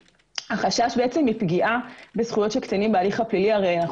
החשש מפגיעה בזכויות של קטינים בהליך הפלילי אנחנו